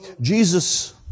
Jesus